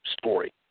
story